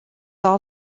all